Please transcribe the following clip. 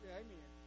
amen